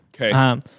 okay